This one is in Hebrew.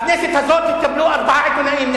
לכנסת הזאת התקבלו ונכנסו ארבעה עיתונאים.